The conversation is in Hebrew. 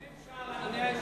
אם אפשר לומר,